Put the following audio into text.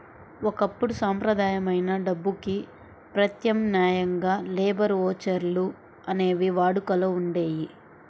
ఒకప్పుడు సంప్రదాయమైన డబ్బుకి ప్రత్యామ్నాయంగా లేబర్ ఓచర్లు అనేవి వాడుకలో ఉండేయి